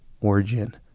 origin